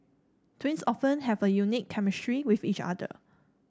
twins often have a unique chemistry with each other